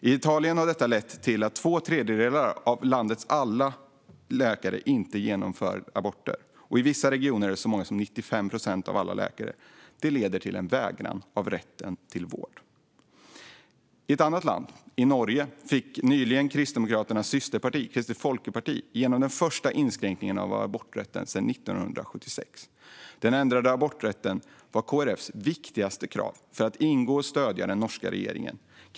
I Italien har detta lett till att två tredjedelar av landets alla läkare inte utför aborter, och i vissa regioner är det så många som 95 procent av alla läkare. Det leder till att människor nekas den vård de har rätt till. I ett annat land, Norge, fick nyligen Kristdemokraternas systerparti, Kristelig Folkeparti, igenom den första inskränkningen av aborträtten sedan 1976. Den ändrade aborträtten var KrF:s viktigaste krav för att ingå i och stödja den norska regeringen.